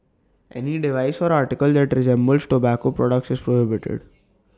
any device or article that resembles tobacco products is prohibited